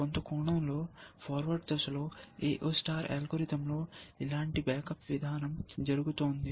కొంత కోణంలో ఫార్వర్డ్ దశలో AO అల్గోరిథంలో ఇలాంటి బ్యాకప్ విధానం జరుగుతోంది